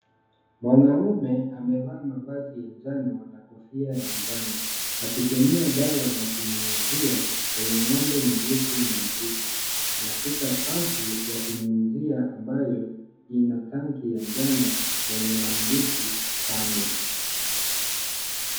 Mwanaume amevaa mavazi ya njano na kofia ya njano, akitumia dawa ya kunyunyizia kwenye ng'ombe mweusi na mweupe. Anashika pampu ya kunyunyizia ambayo ina tanki ya njano lenye maandishi, Famit.